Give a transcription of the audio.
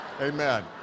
Amen